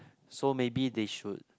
so maybe they should